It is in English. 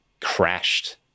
crashed